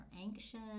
anxious